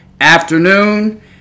afternoon